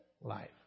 life